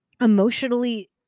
emotionally